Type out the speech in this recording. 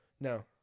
No